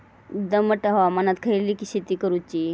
दमट हवामानात खयली शेती करूची?